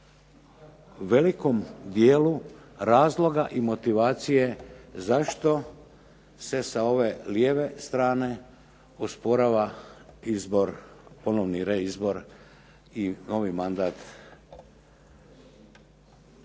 velikom dijelu razloga i motivacije zašto se sa ove lijeve strane osporava izbor, ponovni reizbor i novi mandat